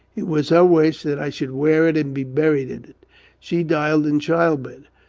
it was her wish that i should wear it and be buried in it she died in childbed.